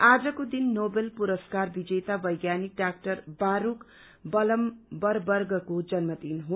आजको दिन नोवेल पुरस्कार विजेता वैज्ञानिका डाक्टर बास्ख ब्लंबरवर्गको जन्मदिन हो